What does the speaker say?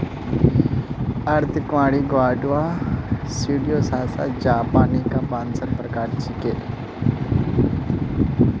अर्धकुंवारी Guadua Pseudosasa japonica बांसेर प्रकार छिके